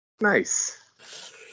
Nice